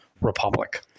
republic